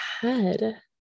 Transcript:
head